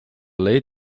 late